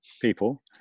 people